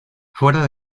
fuera